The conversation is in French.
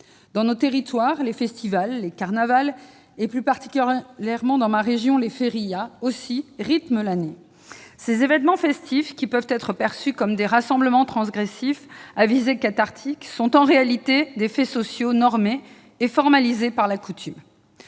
Dans nos territoires, les festivals, les carnavals et plus particulièrement, dans ma région, les férias rythment l'année. Ces événements festifs, qui peuvent être perçus comme des rassemblements transgressifs à visée cathartique, sont en réalité des faits sociaux, normés et formalisés par la coutume.